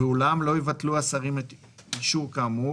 ואולם לא יבטלו השרים אישור כאמור,